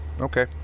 okay